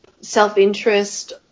self-interest